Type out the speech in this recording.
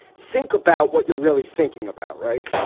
think about what you're really thinking about. right?